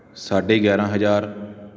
ਸਾਢੇ ਗਿਆਰਾਂ ਹਜ਼ਾਰ